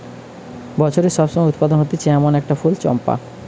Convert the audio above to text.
বছরের সব সময় উৎপাদন হতিছে এমন একটা ফুল চম্পা